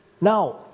Now